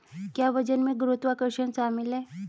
क्या वजन में गुरुत्वाकर्षण शामिल है?